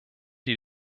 die